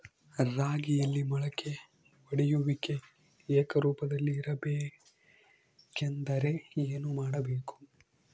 ರಾಗಿಯಲ್ಲಿ ಮೊಳಕೆ ಒಡೆಯುವಿಕೆ ಏಕರೂಪದಲ್ಲಿ ಇರಬೇಕೆಂದರೆ ಏನು ಮಾಡಬೇಕು?